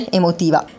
emotiva